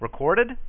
recorded